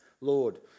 Lord